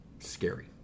scary